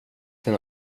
till